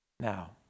now